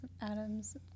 Adams –